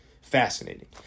fascinating